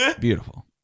Beautiful